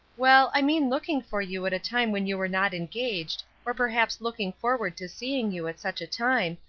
well, i mean looking for you at a time when you were not engaged, or perhaps looking forward to seeing you at such a time,